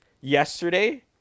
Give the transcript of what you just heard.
yesterday